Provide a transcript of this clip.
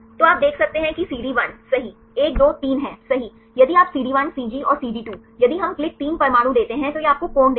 तो आप देख सकते हैं कि CD1 सही 1 2 3 है सही यदि आप CD1 CG और CD2 यदि हम क्लिक 3 परमाणु देते हैं तो यह आपको कोण देगा